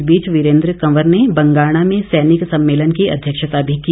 इस बीच वीरेंद्र कंवर ने बंगाणा में सैनिक सम्मेलन की अध्यक्षता भी की